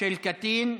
של קטין.